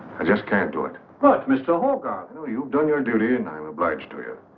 i just can't do it but mr holcombe you know you've done your duty and i'm obliged to you.